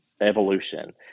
evolution